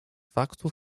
faktów